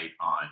on